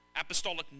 Apostolic